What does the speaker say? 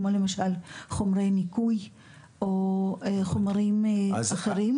כמו למשל חומרי ניקוי או חומרים אחרים.